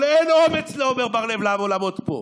אבל אין אומץ לעמר בר לב לבוא לעמוד פה,